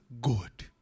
Good